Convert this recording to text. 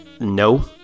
no